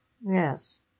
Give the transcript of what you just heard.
Yes